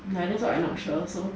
so I not sure also